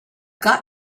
got